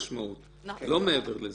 לא מעבר לזה.